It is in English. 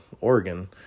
Oregon